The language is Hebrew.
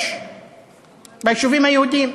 יש ביישובים היהודיים,